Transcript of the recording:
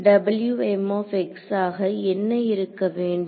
ஆக என்ன இருக்க வேண்டும்